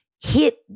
hit